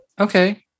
Okay